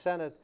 senate